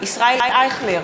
ישראל אייכלר,